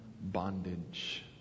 bondage